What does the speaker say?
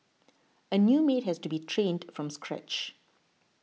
a new maid has to be trained from scratch